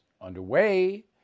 underway